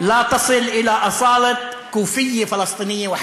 תקשיבי טוב, (אומר בערבית: